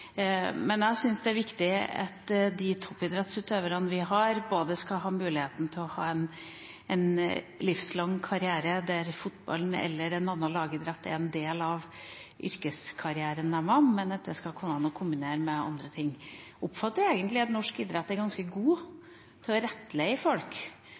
men jeg syns det er viktig at de toppidrettsutøverne vi har, skal ha muligheten til å ha en livslang karriere der fotballen eller en annen lagidrett er en del av yrkeskarrieren deres, og at det skal gå an å kombinere med andre ting. Jeg oppfatter egentlig at norsk idrett er ganske god til å rettlede folk